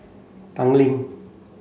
Tanglin